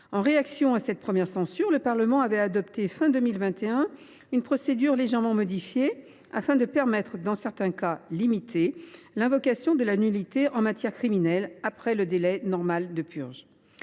En réaction à cette première censure, le Parlement avait adopté, à la fin de l’année 2021, une procédure légèrement modifiée afin de permettre, dans certains cas limités, l’invocation de la nullité en matière criminelle après le délai normal de purge.